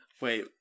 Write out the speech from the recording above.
Wait